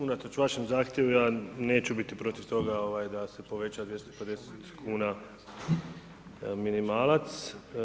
Unatoč vašem zahtjevu ja neću biti protiv toga da se poveća 250 kuna minimalac.